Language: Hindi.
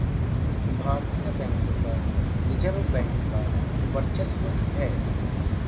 भारतीय बैंकों पर रिजर्व बैंक का वर्चस्व है